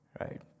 right